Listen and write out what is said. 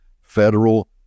Federal